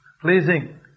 pleasing